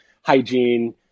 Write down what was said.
hygiene